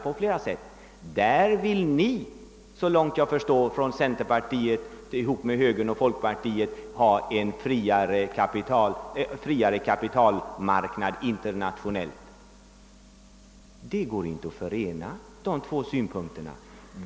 Därför vill centerpartiet, så långt jag förstår, tillsammans med högern och folkpartiet ha en friare kapitalmarknad, internationellt sett. Dessa två synpunkter går inte att förena.